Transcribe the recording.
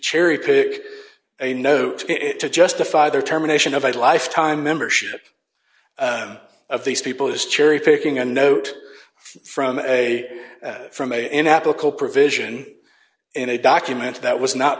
cherry pick a note to justify their terminations of a lifetime membership of these people as cherry picking a note from a from a inapplicable provision in a document that was not